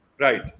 Right